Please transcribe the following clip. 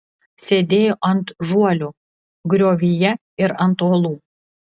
sėdėjo ant žuolių griovyje ir ant uolų